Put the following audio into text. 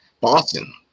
Boston